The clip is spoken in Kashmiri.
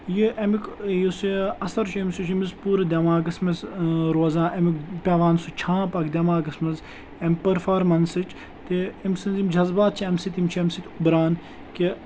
یہِ اَمیُک یُس یہِ اَثر چھُ أمِس یہِ چھُ أمِس پوٗرٕ دٮ۪ماغَس منٛز روزان اَمیُک پیٚوان سُہ چھانٛپ اَکھ دٮ۪ماغَس منٛز اَمہِ پٔرفارمٮ۪نسٕچ تہٕ أمۍ سٕنٛز یِم جذبات چھِ اَمہِ سۭتۍ یِم چھِ اَمہِ سۭتۍ اُبران کہِ